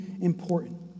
important